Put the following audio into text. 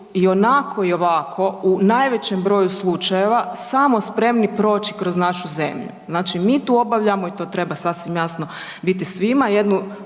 ionako i ovako u najvećem broju slučajeva samo spremni proći kroz našu zemlju. Znači, mi tu obavljamo i to treba sasvim jasno biti svima,